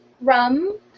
rum